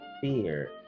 fear